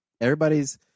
Everybody's